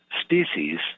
species